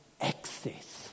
access